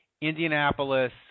Indianapolis